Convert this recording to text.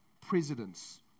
presidents